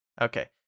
Okay